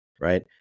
Right